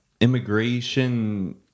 immigration